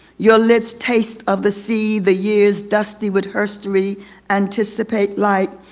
your lips taste of the sea. the years dusty with herstory anticipate light.